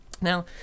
Now